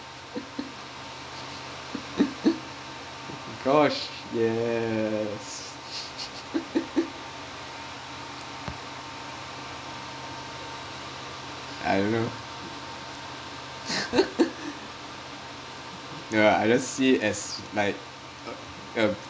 gosh yes I don't know no I don't see it as like a